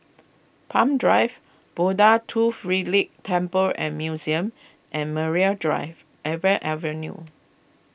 Palm Drive Buddha Tooth Relic Temple and Museum and Maria Drive Avenue